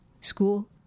school